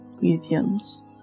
museums